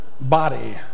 body